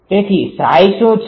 તેથી Ψ શું છે